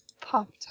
Pop